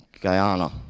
Guyana